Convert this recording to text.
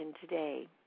today